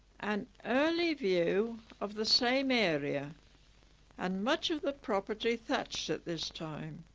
an early view of the same area and much of the property thatched at this time